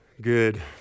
Good